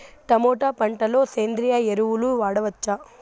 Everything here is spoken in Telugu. టమోటా పంట లో సేంద్రియ ఎరువులు వాడవచ్చా?